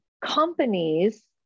companies